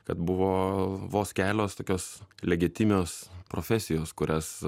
kad buvo vos kelios tokios legitimios profesijos kurias